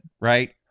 Right